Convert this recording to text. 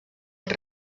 els